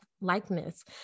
likeness